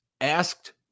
asked